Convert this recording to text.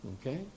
okay